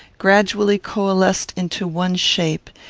gradually coalesced into one shape,